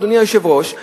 אדוני היושב-ראש,